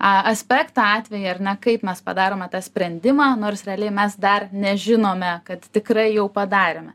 a aspektą atvejį ar ne kaip mes padarome tą sprendimą nors realiai mes dar nežinome kad tikrai jau padarėme